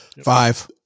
Five